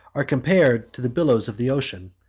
are compared to the billows of the ocean,